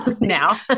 Now